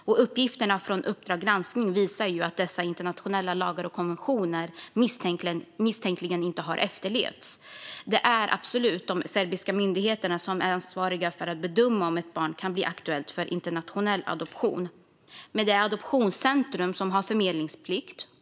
Enligt uppgifterna i Uppdrag g ranskning kan dessa internationella lagar och konventioner misstänkas inte ha efterlevts. Det är absolut de serbiska myndigheterna som är ansvariga för att bedöma om ett barn kan bli aktuellt för internationell adoption. Men det är Adoptionscentrum som har förmedlingsplikt.